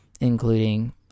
including